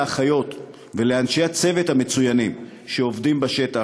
לאחיות ולאנשי הצוות המצוינים שעובדים בשטח,